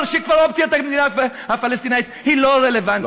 שאופציית המדינה הפלסטינית היא לא רלוונטית.